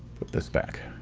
put this back.